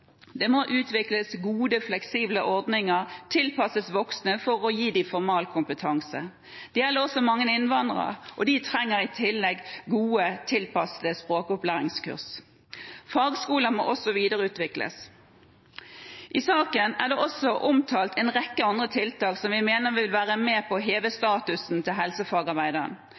Det må utvikles gode, fleksible ordninger som er tilpasset voksne, for å gi dem formalkompetanse. Det gjelder også mange innvandrere, og de trenger i tillegg gode, tilpassede språkopplæringskurs. Fagskolene må også videreutvikles. I saken er det også omtalt en rekke andre tiltak som vi mener vil være med på å heve statusen til helsefagarbeideren.